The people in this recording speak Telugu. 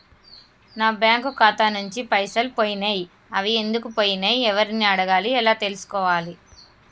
నా బ్యాంకు ఖాతా నుంచి పైసలు పోయినయ్ అవి ఎందుకు పోయినయ్ ఎవరిని అడగాలి ఎలా తెలుసుకోవాలి?